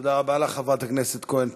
תודה רבה לך, חברת הכנסת יעל כהן-פארן.